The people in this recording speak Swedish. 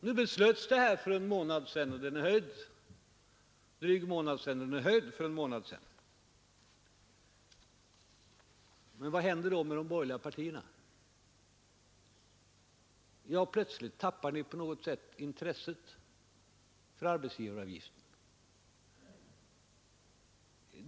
Arbetsgivaravgiften höjdes för en dryg månad sedan. Vad hände då med de borgerliga partierna? Plötsligt tappade de på något sätt intresset för arbetsgivaravgiften.